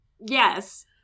Yes